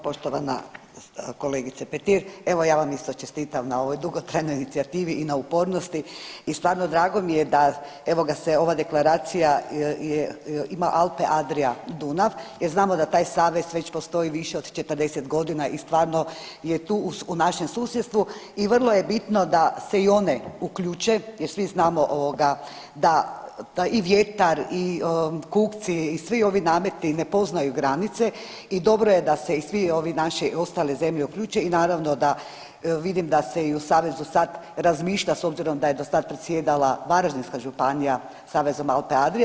Poštovana kolegice Petir, evo ja vam isto čestitam na ovoj dugotrajnoj inicijativi i na upornosti i stvarno drago mi je da evo ga se ova deklaracija ima Alpe Adria Dunav, jer znamo da taj savez postoji više od 40 godina i stvarno je tu u našem susjedstvu i vrlo je bitno da se i one uključe jer svi znamo da i taj vjetar i kupci i svi i svi ovi nameti ne poznaju granice i dobro je da se i svio ovi naši, ostale zemlje uključe i naravno da vidim da se i u Savezu sad razmišlja s obzirom da je do sad predsjedala Varaždinska županija Savezom Alpe Adria.